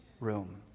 room